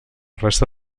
resta